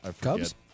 Cubs